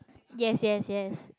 yes yes yes